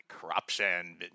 corruption